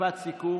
משפט סיכום.